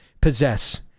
possess